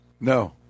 No